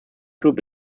group